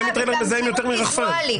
סמיטריילר מזהם יותר מרחפן.